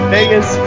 Vegas